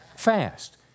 Fast